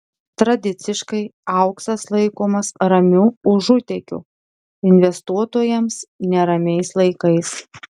tradiciškai auksas laikomas ramiu užutėkiu investuotojams neramiais laikais